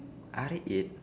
R eight